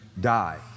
die